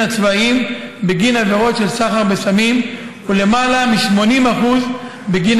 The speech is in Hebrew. הצבאיים בגין עבירות של סחר בסמים ולמעלה מ-80% בגין